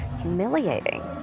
humiliating